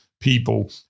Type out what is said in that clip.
people